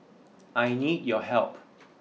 I need your help